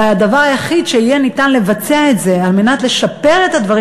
הדבר היחיד שיהיה אפשר לבצע כדי לשפר את הדברים